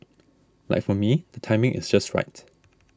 like for me the timing is just right